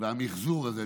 והמחזור הזה.